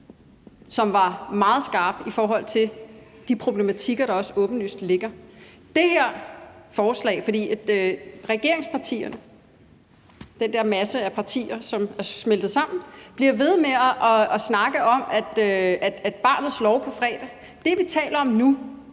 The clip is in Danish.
som var meget skarp i forhold til de problematikker, der også åbenlyst ligger. Regeringspartierne, den her masse af politiske partier, som er smeltet sammen, bliver ved med at snakke om, at vi skal behandle barnets lov på fredag. Det, vi taler om nu,